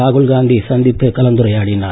ராகுல் காந்தி சந்தித்துக் கலந்துரையாடினார்